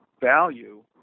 value